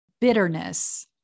bitterness